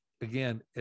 Again